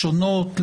שונות,